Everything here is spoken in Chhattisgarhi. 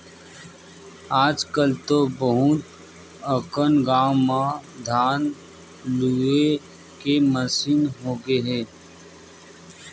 आजकल तो बहुत अकन गाँव म धान लूए के मसीन होगे हे